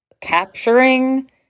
capturing